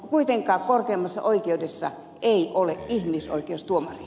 kuitenkaan korkeimmassa oikeudessa ei ole ihmisoikeustuomaria